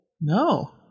No